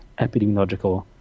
epidemiological